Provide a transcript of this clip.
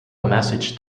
message